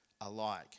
alike